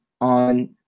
on